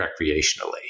recreationally